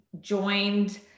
joined